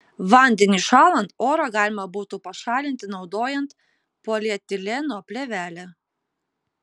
vandeniui šąlant orą galima būtų pašalinti naudojant polietileno plėvelę